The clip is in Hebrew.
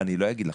אני לא אגיד לכם.